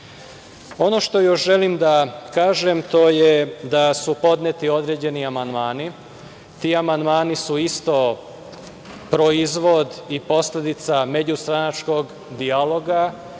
itd. Ono što još želim da kažem, to je da su podneti određeni amandmani, ti amandmani su isto proizvod i posledica međustranačkog dijaloga